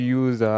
use